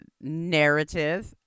narrative